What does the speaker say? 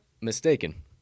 mistaken